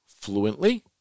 fluently